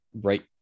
right